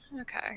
Okay